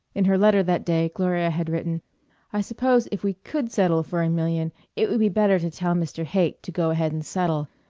in her letter that day gloria had written i suppose if we could settle for a million it would be better to tell mr. haight to go ahead and settle.